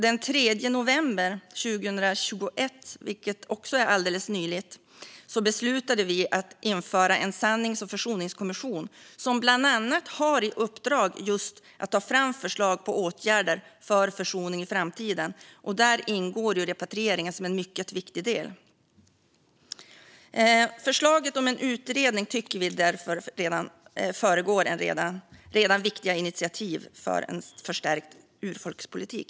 Den 3 november 2021, vilket också är alldeles nyligen, beslutade vi att införa en sannings och försoningskommission som bland annat har i uppdrag att ta fram förslag på åtgärder för försoning i framtiden. Där ingår repatriering som en mycket viktig del. Vi tycker därför att förslaget om en utredning förekommer viktiga initiativ som redan tagits för en förstärkt urfolkspolitik.